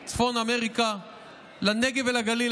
להביא רופאים מצפון אמריקה לנגב ולגליל,